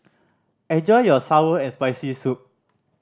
enjoy your sour and Spicy Soup